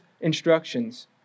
instructions